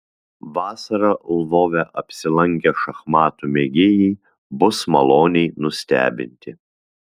vasarą lvove apsilankę šachmatų mėgėjai bus maloniai nustebinti